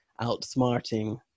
outsmarting